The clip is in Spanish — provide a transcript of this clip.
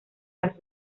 las